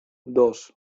dos